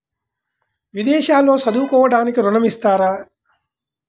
విదేశాల్లో చదువుకోవడానికి ఋణం ఇస్తారా?